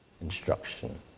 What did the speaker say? instruction